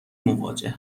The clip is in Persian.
مواجه